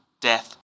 death